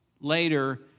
later